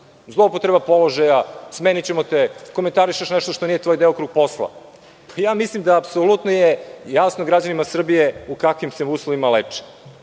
zloupotreba položaja, smenićemo te, komentarišeš nešto što nije tvoj delokrug posla. Mislim da je apsolutno jasno građanima Srbije u kakvim se uslovima leče.